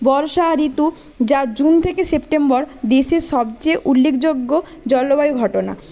বর্ষা ঋতু যা জুন থেকে সেপ্টেম্বর দেশের সবচেয়ে উল্লেখযোগ্য জলবায়ু ঘটনা